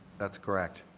that's correct.